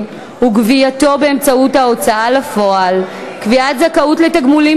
וגבייתו באמצעות ההוצאה לפועל (קביעת זכאות לתגמולים